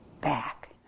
back